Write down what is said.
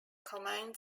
command